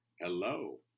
Hello